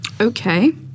Okay